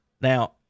Now